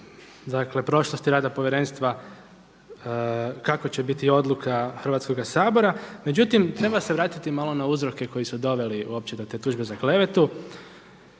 iz prošlosti rada povjerenstva kako će biti odluka Hrvatskoga sabora, međutim treba se vratiti malo na uzroke koji su doveli uopće do te tužbe za klevetu.